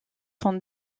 sont